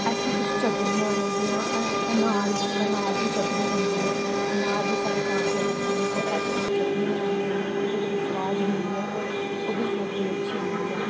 ऐसी कुछ चटनियां न जि'यां अ अनार अनार दी चटनी बनदी ऐ अनार बी साढ़े घर गै लगदे न अस ओह्दी चटनी बनान्ने होन्ने ओह् बी बड़ी सुआद होंदी ऐ होर ओह् बी सेह्त लेई अच्छी होंदी ऐ